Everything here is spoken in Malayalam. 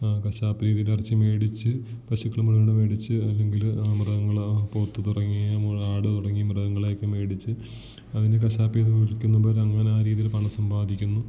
കശാപ്പ് രീതിയിൽ ഇറച്ചി മേടിച്ച് പശുക്കളെ മൃഗങ്ങളുടെ മേടിച്ച് അല്ലെങ്കിൽ മൃഗങ്ങൾ പോത്ത് തുടങ്ങിയ ആട് തുടങ്ങി മൃഗങ്ങളെയൊക്കെ മേടിച്ച് അതിനെ കശാപ്പ് ചെയ്ത് കൊടുക്കുന്നവർ അങ്ങനെ ആ രീതിയിൽ പണം സമ്പാദിക്കുന്നു